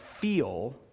feel